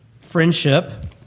friendship